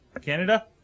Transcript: canada